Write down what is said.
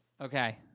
Okay